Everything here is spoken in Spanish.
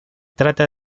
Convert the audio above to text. trata